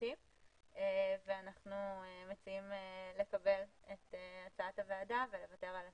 מבקשים ואנחנו מציעים לקבל את הצעת הוועדה ולוותר על הסיפה.